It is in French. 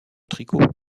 tricot